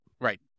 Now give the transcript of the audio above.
Right